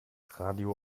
radio